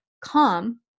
calm